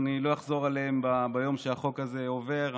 ואני לא אחזור עליהם ביום שהחוק הזה עובר.